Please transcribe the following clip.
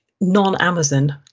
non-Amazon